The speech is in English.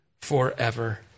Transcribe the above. forever